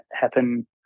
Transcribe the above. happen